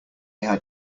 had